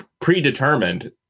predetermined